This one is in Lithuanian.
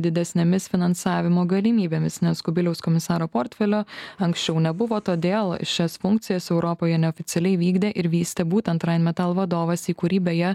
didesnėmis finansavimo galimybėmis nes kubiliaus komisaro portfelio anksčiau nebuvo todėl šias funkcijas europoje neoficialiai vykdė ir vystė būtent rainmetal vadovas į kurį beje